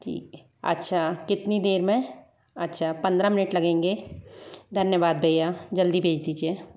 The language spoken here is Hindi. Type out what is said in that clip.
ठीक है अच्छा कितनी देर में अच्छा पंद्रह मिनट लगेंगे धन्यवाद भैया जल्दी भेज दीजिए